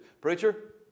Preacher